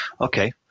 Okay